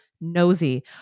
nosy